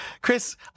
Chris